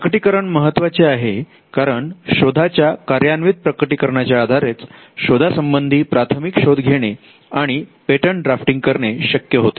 प्रकटीकरण महत्त्वाचे आहे कारण शोधाच्या कार्यान्वित प्रकटीकरणाच्या आधारेच शोधा संबंधी प्राथमिक शोध घेणे आणि पेटंट ड्राफ्टिंग करणे शक्य होते